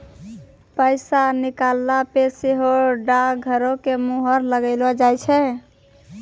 पैसा निकालला पे सेहो डाकघरो के मुहर लगैलो जाय छै